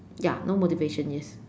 ya no motivation yes